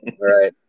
Right